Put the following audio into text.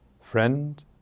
Friend